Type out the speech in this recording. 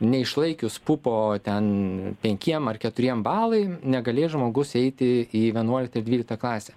neišlaikius pupo ten penkiem ar keturiem balai negalės žmogus eiti į vienuoliktą ir dvyliktą klasę